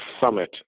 summit